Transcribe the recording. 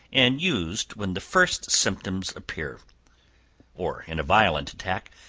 and used when the first symptoms appear or in a violent attack,